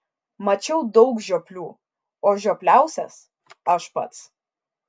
mačiau daug žioplių o žiopliausias aš pats